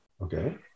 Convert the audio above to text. Okay